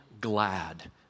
glad